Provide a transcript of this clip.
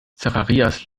zacharias